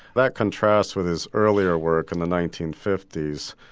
that contrasts with his earlier work in the nineteen fifty s,